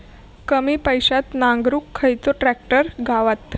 कमी पैशात नांगरुक खयचो ट्रॅक्टर गावात?